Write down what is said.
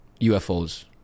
UFOs